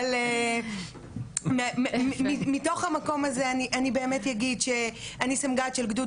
אבל מתוך המקום הזה אני באמת אגיד שאני סמג"ד של גדוד